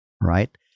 right